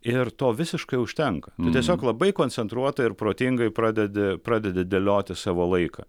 ir to visiškai užtenka tiesiog labai koncentruotai ir protingai pradedi pradedi dėlioti savo laiką